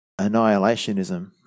annihilationism